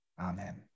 Amen